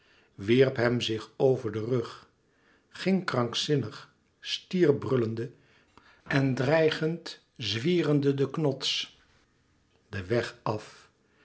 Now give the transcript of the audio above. wierp hem zich over den rug ging krankzinnig stierbrullende en dreigend zwierende den knots den weg af